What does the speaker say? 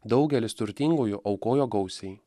daugelis turtingųjų aukojo gausiai